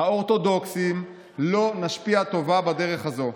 האורתודוקסים, לא נשפיע טובה בדרך זו.